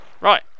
Right